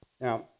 Now